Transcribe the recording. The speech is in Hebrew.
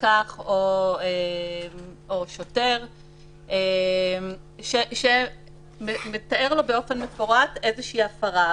פקח או שוטר, שמתאר לו באופן מפורט איזושהי הפרה.